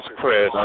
Chris